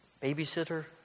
babysitter